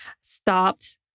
stopped